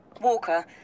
Walker